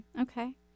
Okay